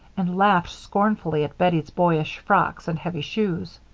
and laughed scornfully at bettie's boyish frocks and heavy shoes.